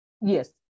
Yes